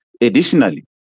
Additionally